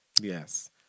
Yes